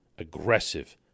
aggressive